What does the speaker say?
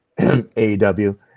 AEW